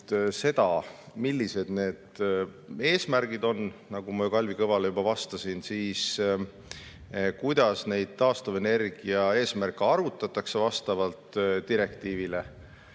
seda, millised need eesmärgid on, nagu ma Kalvi Kõvale juba vastasin, kuidas neid taastuvenergia eesmärke arvutatakse vastavalt direktiivile,